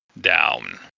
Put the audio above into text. down